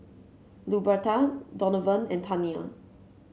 Luberta Donavan and Tania